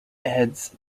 eds